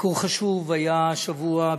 ביקור חשוב היה השבוע,